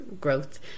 growth